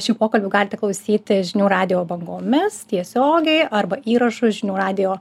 šių pokalbių galite klausyti žinių radijo bangomis tiesiogiai arba įrašus žinių radijo